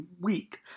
week